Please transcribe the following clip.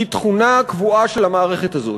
היא תכונה קבועה של המערכת הזאת,